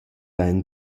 hajan